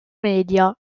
media